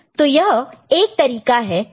तो यह एक तरीका है करने का